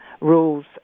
rules